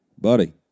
buddy